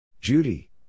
Judy